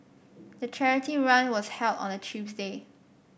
the charity run was held on a Tuesday